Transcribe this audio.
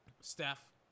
Steph